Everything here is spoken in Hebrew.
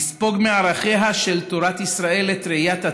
לספוג מערכיה של תורת ישראל את ראיית הטוב,